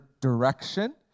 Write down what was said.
direction